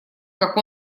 как